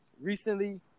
recently